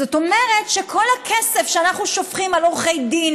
זאת אומרת שכל הכסף שאנחנו שופכים על עורכי דין,